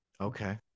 Okay